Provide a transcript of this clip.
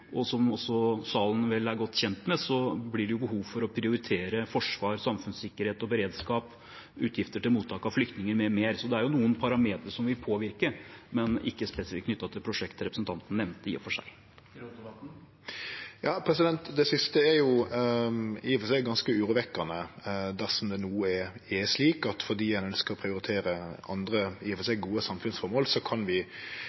Som også salen vel er godt kjent med, blir det behov for å prioritere forsvar, samfunnssikkerhet og beredskap, utgifter til mottak av flyktninger m.m. Så det er noen parametere som vil påvirke, men ikke spesifikt knyttet til prosjektet representanten nevnte, i og for seg. Det siste er ganske urovekkjande. Dersom det no er slik at fordi ein ønskjer å prioritere andre i og for seg gode samfunnsformål, kan vi